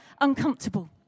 uncomfortable